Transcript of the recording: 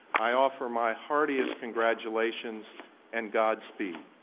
i offer my heartiest congratulations and godspeed.